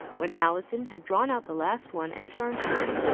when alison had drawn out the last one, and turned to him,